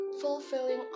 Fulfilling